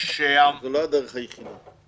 זו לא הדרך היחידה.